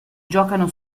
giocano